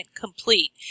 complete